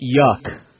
Yuck